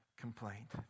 complaint